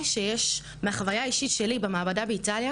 מהחוויה האישית שלי במעבדה באיטליה,